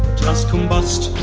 just combust,